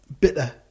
bitter